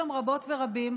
וביטחון הפנים,